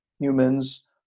humans